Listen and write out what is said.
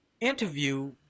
Interview